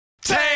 Take